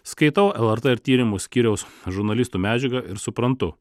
skaitau lrt ir tyrimų skyriaus žurnalistų medžiagą ir suprantu